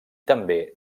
també